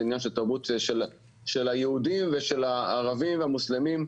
עניין של תרבות של היהודים ושל הערבים והמוסלמים.